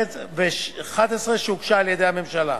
התשע"א 2011, שהוגשה על-ידי הממשלה.